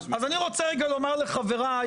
אז אני רוצה רגע לומר לחבריי,